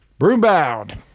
Broombound